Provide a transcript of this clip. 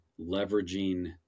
leveraging